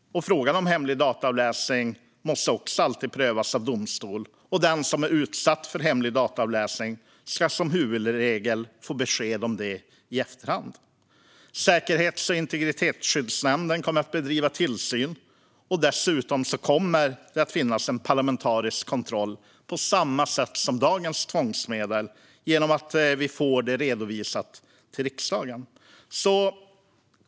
Frågan om hemlig dataavläsning måste också alltid prövas av domstol, och den som utsatts för hemlig dataavläsning ska som huvudregel få besked om detta i efterhand. Säkerhets och integritetsskyddsnämnden kommer att bedriva tillsyn, och det kommer dessutom att finnas en parlamentarisk kontroll på samma sätt som för dagens tvångsmedel genom redovisning för riksdagen.